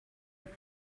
that